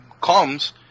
comes